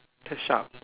that's sharp